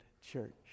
church